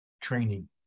training